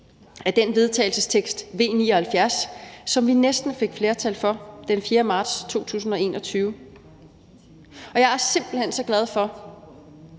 til vedtagelse, nr. V 79, som vi næsten fik flertal for den 4. marts 2021. Og jeg er simpelt hen så glad for,